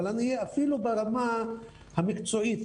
אבל אפילו ברמה המקצועית,